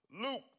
Luke